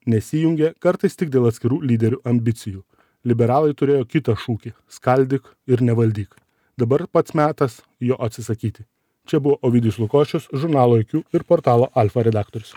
nesijungė kartais tik dėl atskirų lyderių ambicijų liberalai turėjo kitą šūkį skaldyk ir nevaldyk dabar pats metas jo atsisakyti čia buvo ovidijus lukošius žurnalo iq ir portalo alfa redaktorius